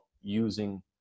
using